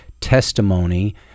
testimony